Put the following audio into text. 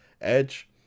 edge